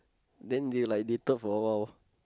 then they like dated for awhile